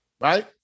Right